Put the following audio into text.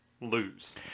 lose